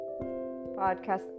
podcast